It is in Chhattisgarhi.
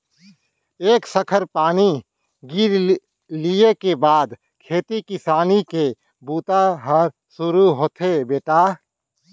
एक सखर पानी गिर लिये के बाद खेती किसानी के बूता ह सुरू होथे बेटा